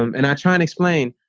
um and i tried to explain,